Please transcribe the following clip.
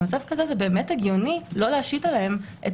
במצב כזה הגיוני לא להשית עליהם את